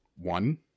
one